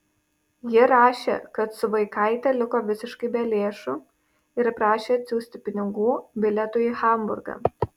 ji rašė kad su vaikaite liko visiškai be lėšų ir prašė atsiųsti pinigų bilietui į hamburgą